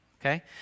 okay